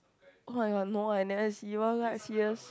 oh-my-god no eh I never see oh-my-god serious